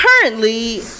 Currently